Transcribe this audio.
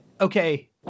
okay